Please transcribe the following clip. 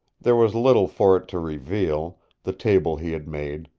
there was little for it to reveal the table he had made,